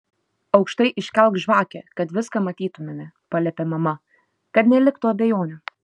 aukštai iškelk žvakę kad viską matytumėme paliepė mama kad neliktų abejonių